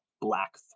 black